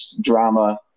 drama